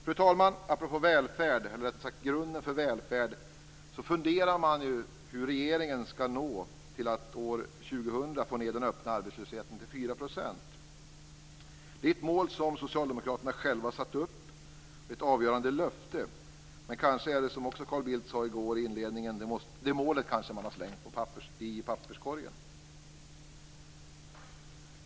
Fru talman! Apropå välfärd, eller rättare sagt grunden för välfärd, funderar man ju på hur regeringen skall nå fram till att år 2000 få ned den öppna arbetslösheten till 4 %. Det är ett mål som Socialdemokraterna själva har satt upp, och det är ett avgörande löfte. Men kanske är det så, som Carl Bildt också sade vid inledningen i går, att man har släng det målet i papperskorgen.